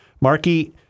Markey